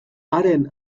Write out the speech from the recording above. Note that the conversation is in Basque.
haren